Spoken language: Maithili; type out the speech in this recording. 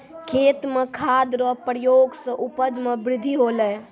खेत मे खाद रो प्रयोग से उपज मे बृद्धि होलै